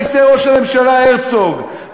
בכיסא ראש הממשלה, הרצוג?